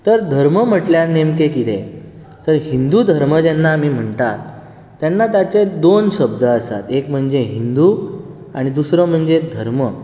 तर धर्म म्हटल्यार नेमकें कितें तर हिंदू धर्म आमी जेन्ना आमी म्हणटा तेन्ना ताचे दोन शब्द आसात एक म्हणजे हिंदू आनी दुसरो म्हणजे धर्म